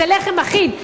זה לחם אחיד,